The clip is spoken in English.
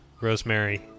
Rosemary